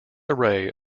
array